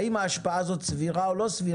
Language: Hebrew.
האם ההשפעה הזאת סבירה או לא סבירה,